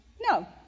No